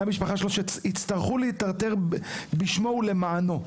שיצטרכו להטרטר בשמו ולמענו.